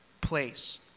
place